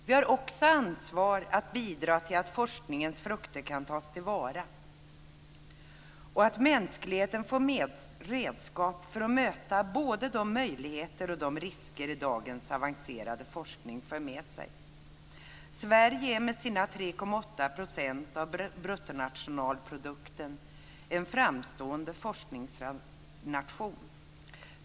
Vi har också ett ansvar när det gäller att bidra till att forskningens frukter kan tas till vara och att mänskligheten får redskap för att möta både de möjligheter och de risker som dagens avancerade forskning för med sig. Sverige är med sina 3,8 % av bruttonationalprodukten en framstående forskningsnation.